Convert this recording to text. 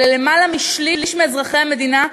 אלה יותר משליש מאזרחי המדינה,